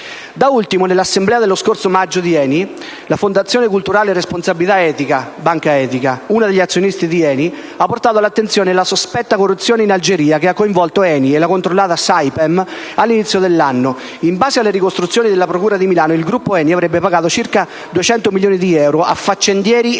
Da ultimo, nell'assemblea dello scorso maggio di ENI, la Fondazione culturale responsabilità etica (Banca etica), uno degli azionisti di ENI, ha portato all'attenzione la sospetta corruzione in Algeria che ha coinvolto ENI e la controllata Saipem all'inizio dell'anno. In base alle ricostruzioni della procura di Milano, il gruppo ENI avrebbe pagato circa 200 milioni di euro a "faccendieri ed